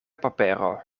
papero